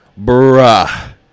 Bruh